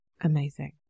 amazing